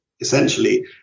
essentially